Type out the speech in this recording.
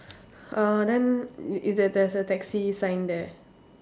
uh then i~ is there there's a taxi sign there